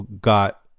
got